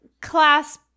class